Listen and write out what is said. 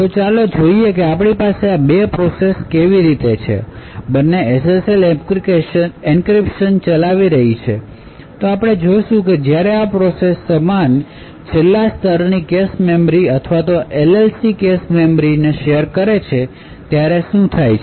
તો ચાલો જોઈએ કે આપણી પાસે આ 2 પ્રોસેસ કેવી રીતે છે બંને SSL એન્ક્રિપ્શન ચલાવી રહી છે હવે આપણે જોશું કે જ્યારે આ 2 પ્રોસેસ સમાન છેલ્લા સ્તરની કેશ મેમરી અથવા LLC કેશ મેમરી શેર કરે છે ત્યારે શું થાય છે